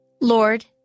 Lord